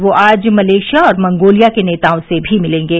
वे आज मलेशिया और मंगोलिया के नेताओं से भी मिलेंगे